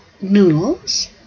noodles